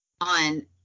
on